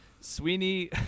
sweeney